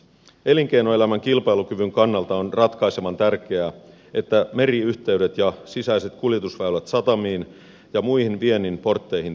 elinkeinoelämän kilpailukyvyn kannalta on ratkaisevan tärkeää että meriyhteydet ja sisäiset kuljetusväylät satamiin ja muihin viennin portteihin toimivat hyvin